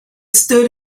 stood